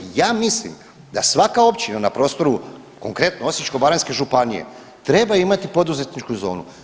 Ja mislim da svaka općina na prostoru konkretno Osječko-baranjske županije treba imati poduzetničku zonu.